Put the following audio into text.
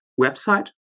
website